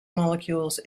molecules